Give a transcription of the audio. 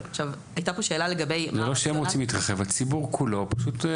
זה לא שהם רוצים להתרחב, הציבור כולו פשוט.